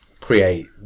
create